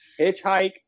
Hitchhike